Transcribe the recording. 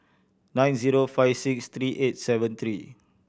nine zero five six three eight seven three